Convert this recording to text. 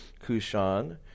Kushan